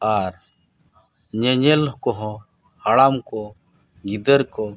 ᱟᱨ ᱧᱮᱧᱮᱞ ᱠᱚᱦᱚᱸ ᱦᱟᱲᱟᱢ ᱠᱚ ᱜᱤᱫᱟᱹᱨ ᱠᱚ